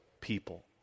people